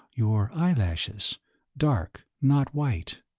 your eyelashes dark, not white.